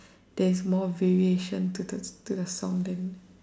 there's more variation to the to the song than